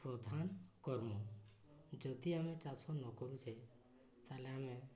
ପ୍ରଧାନ କର୍ମ ଯଦି ଆମେ ଚାଷ ନ କରୁଛେ ତା'ହେଲେ ଆମେ